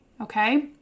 Okay